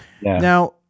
Now